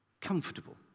comfortable